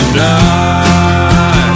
Tonight